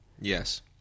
Yes